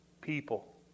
people